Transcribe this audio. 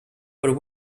were